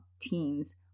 teens